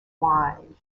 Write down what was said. wine